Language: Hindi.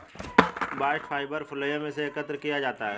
बास्ट फाइबर फ्लोएम से एकत्र किया जाता है